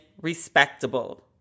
Respectable